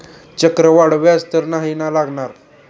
चक्रवाढ व्याज तर नाही ना लागणार?